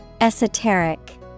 Esoteric